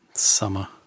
summer